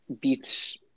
beats